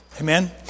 Amen